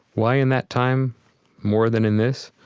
why in that time more than in this?